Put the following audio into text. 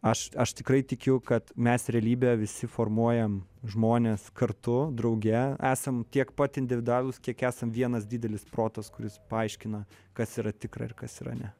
aš aš tikrai tikiu kad mes realybę visi formuojam žmonės kartu drauge esam tiek pat individualūs kiek esam vienas didelis protas kuris paaiškina kas yra tikra ir kas yra ne